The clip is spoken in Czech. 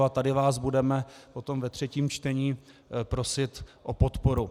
A tady vás budeme potom ve třetím čtení prosit o podporu.